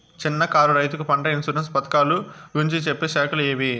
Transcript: చిన్న కారు రైతుకు పంట ఇన్సూరెన్సు పథకాలు గురించి చెప్పే శాఖలు ఏవి?